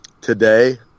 today